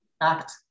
act